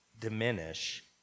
diminish